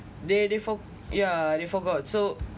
they they forg~ yeah they forgot so